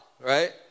right